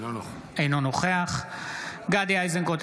אינו נוכח גדי איזנקוט,